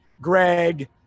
Greg